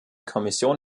kommission